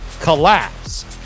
collapse